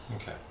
Okay